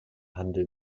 handel